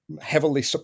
heavily